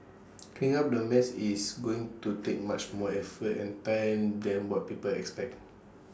cleaning up the mess is going to take much more effort and time than what people expect